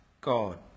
God